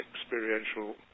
experiential